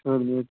सब लेत